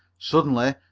suddenly,